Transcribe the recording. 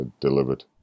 delivered